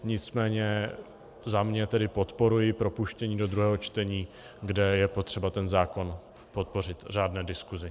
Nicméně za sebe tedy podporuji propuštění do druhého čtení, kde je potřeba ten zákon podpořit v řádné diskusi.